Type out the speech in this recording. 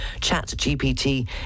ChatGPT